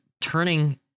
turning